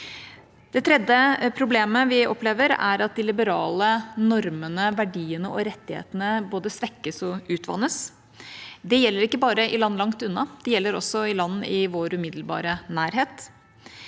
Det tredje problemet vi opplever, er at de liberale normene, verdiene og rettighetene både svekkes og utvannes. Det gjelder ikke bare i land langt unna – det gjelder også i land i vår umiddelbare nærhet.